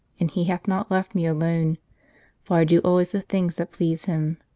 and he hath not left me alone for i do always the things that please him